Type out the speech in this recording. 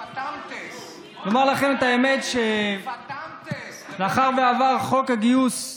אומר לכם את האמת, מאחר שעבר חוק הגיוס,